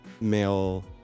male